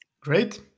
great